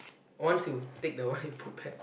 once you take that one you put back